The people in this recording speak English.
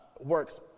works